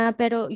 pero